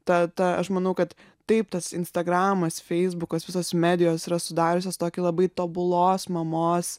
tad aš manau kad taip tas instagramas feisbukas visos medijos yra sudariusios tokį labai tobulos mamos